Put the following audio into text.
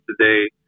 today